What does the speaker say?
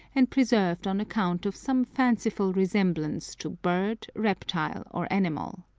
and preserved on account of some fanciful resemblance to bird, reptile, or animal.